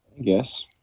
Yes